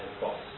boss